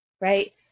right